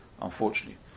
Unfortunately